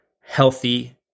healthy